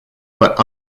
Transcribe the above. but